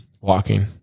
Walking